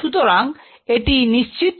সুতরাং এটি নিশ্চিত